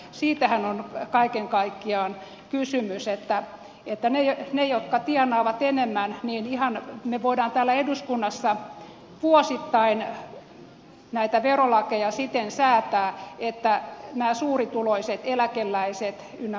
siitähän on kaiken kaikkiaan kysymys että niiden osalta jotka tienaavat enemmän ihan me voimme täällä eduskunnassa vuosittain näitä verolakeja siten säätää että nämä suurituloiset eläkeläiset ynnä muuta